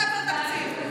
תוספת תקציב.